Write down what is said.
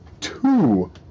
two